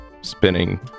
spinning